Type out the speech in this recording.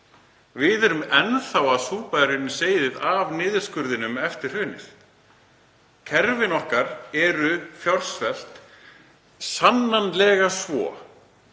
Við erum enn þá að súpa seyðið af niðurskurðinum eftir hrunið. Kerfin okkar eru fjársvelt og sannanlega svo.